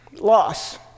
loss